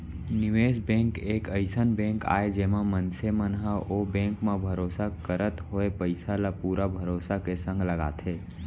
निवेस बेंक एक अइसन बेंक आय जेमा मनसे मन ह ओ बेंक म भरोसा करत होय पइसा ल पुरा भरोसा के संग लगाथे